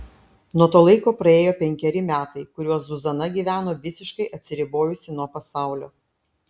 nuo to laiko praėjo penkeri metai kuriuos zuzana gyveno visiškai atsiribojusi nuo pasaulio